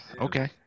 okay